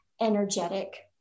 energetic